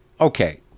okay